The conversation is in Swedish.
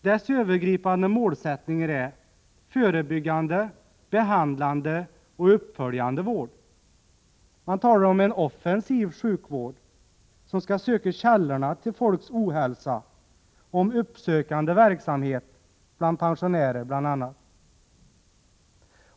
Dess övergripande målsättningar är förebyggande, behandlande och uppföljande vård. Man talar om en offensiv sjukvård som skall söka källorna till folks ohälsa, om uppsökande verksamhet bland pensionärer och andra.